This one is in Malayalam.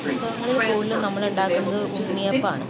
ഉത്സവങ്ങളിൽ കൂടുതലും നമ്മളുണ്ടാക്കുന്നത് ഉണ്ണിയപ്പാമാണ്